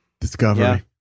Discovery